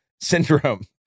syndrome